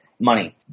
Money